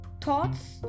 thoughts